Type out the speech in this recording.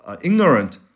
ignorant